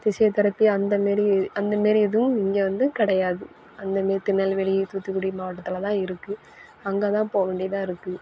physiotherapy அந்த மாரி அந்த மாரி இதுவும் இங்கே வந்து கிடையாது அந்த மாரி திருநெல்வேலி தூத்துக்குடி மாவட்டத்தில் தான் இருக்குது அங்கே தான் போகவேண்டியதா இருக்குது